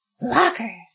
Locker